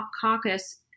caucus